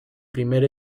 primer